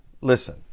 listen